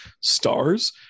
stars